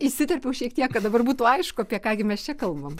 įsiterpiau šiek tiek kad dabar būtų aišku ką gi mes čia kalbam